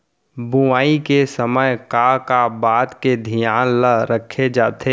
बुआई के समय का का बात के धियान ल रखे जाथे?